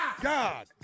God